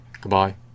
Goodbye